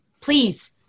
please